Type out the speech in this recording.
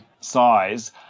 size